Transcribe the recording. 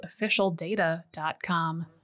officialdata.com